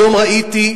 היום ראיתי,